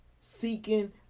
seeking